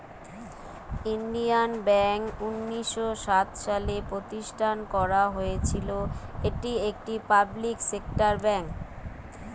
Indian bank উনিশ শ সাত সালে প্রতিষ্ঠান করা হয়েছিল, এটি একটি পাবলিক সেক্টর বেঙ্ক